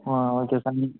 ம் ஓகே பண்ணி